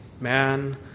man